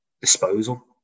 disposal